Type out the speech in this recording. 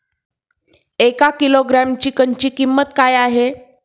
एक किलोग्रॅम चिकनची किंमत काय आहे?